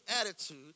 attitude